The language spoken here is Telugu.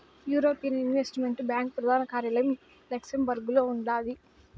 యూరోపియన్ ఇన్వెస్టుమెంట్ బ్యాంకు ప్రదాన కార్యాలయం లక్సెంబర్గులో ఉండాది